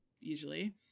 usually